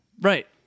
Right